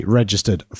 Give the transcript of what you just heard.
registered